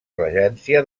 regència